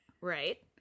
right